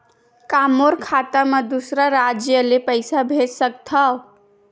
का मोर खाता म दूसरा राज्य ले पईसा भेज सकथव?